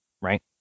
right